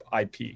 IP